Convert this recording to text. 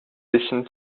bisschen